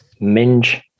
Minge